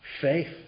Faith